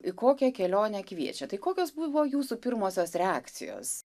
į kokią kelionę kviečia tai kokios buvo jūsų pirmosios reakcijos